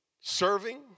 Serving